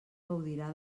gaudirà